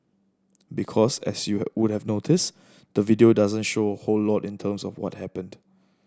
because as you would have noticed the video doesn't show whole lot in terms of what happened